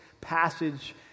passage